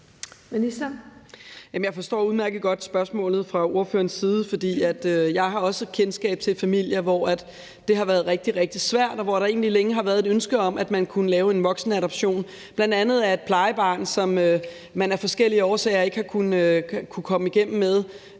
Jeg forstår udmærket godt spørgsmålet fra ordførerens side, for jeg har også kendskab til familier, hvor det har været rigtig, rigtig svært, og hvor der egentlig længe har været et ønske om, at man kunne lave en voksenadoption, bl.a. af et plejebarn, som man af forskellige årsager ikke har kunnet komme igennem med,